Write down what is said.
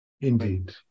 indeed